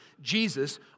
Jesus